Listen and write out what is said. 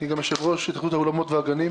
אני גם יושב-ראש התאחדות האולמות והגנים.